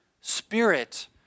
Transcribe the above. spirit